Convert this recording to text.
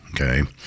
okay